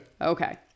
Okay